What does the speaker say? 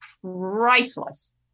priceless